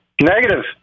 Negative